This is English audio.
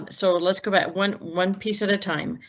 um so let's go back one one piece at a time.